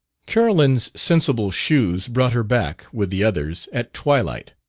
carolyn's sensible shoes brought her back, with the others, at twilight.